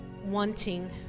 wanting